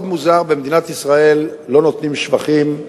מאוד מוזר, במדינת ישראל לא נותנים שבחים,